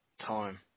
time